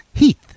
Heath